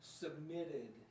submitted